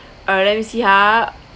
uh let me see ah